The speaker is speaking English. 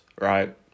right